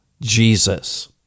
jesus